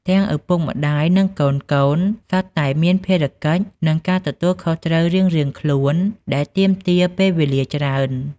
ទាំងឪពុកម្ដាយ និងកូនៗសុទ្ធតែមាន ភារកិច្ច និងការទទួលខុសត្រូវរៀងៗខ្លួន ដែលទាមទារពេលវេលាច្រើន។